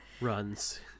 runs